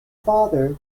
father